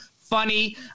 funny